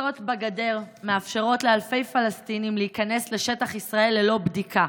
פרצות בגדר מאפשרות לאלפי פלסטינים להיכנס לשטח ישראל ללא בדיקה,